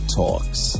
talks